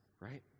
right